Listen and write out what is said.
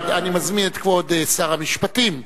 אני מזמין את כבוד שר המשפטים,